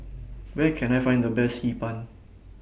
Where Can I Find The Best Hee Pan